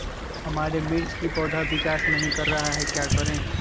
हमारे मिर्च कि पौधा विकास ही कर रहा है तो क्या करे?